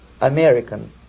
American